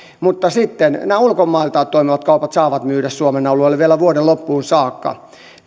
mutta sitten nämä ulkomailta toimivat kaupat saavat myydä suomen alueelle vielä vuoden loppuun saakka